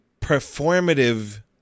performative